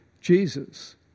Jesus